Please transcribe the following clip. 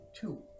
Two